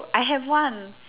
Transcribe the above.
I have one